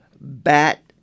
bat